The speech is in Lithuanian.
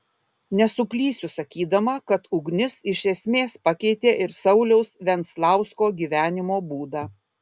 nesuklysiu sakydama kad ugnis iš esmės pakeitė ir sauliaus venclausko gyvenimo būdą